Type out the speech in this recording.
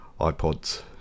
iPods